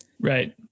Right